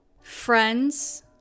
friends